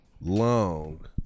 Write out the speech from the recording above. long